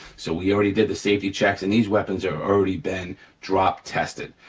so we already did the safety checks and these weapons are already been drop-tested.